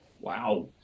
Wow